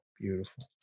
Beautiful